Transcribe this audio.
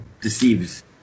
deceives